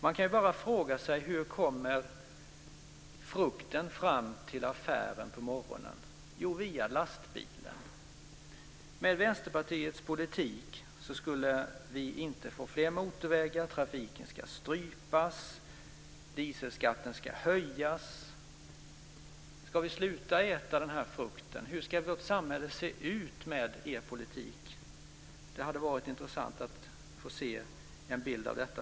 Man kan bara fråga sig hur frukten kommer fram till affären på morgonen. Jo, det sker med hjälp av lastbilen. Med Vänsterpartiets politik skulle vi inte få fler motorvägar. Trafiken ska strypas, och dieselskatten ska höjas. Ska vi sluta att äta frukten? Hur ska vårt samhälle se ut med er politik? Det hade varit intressant att få se en bild av detta.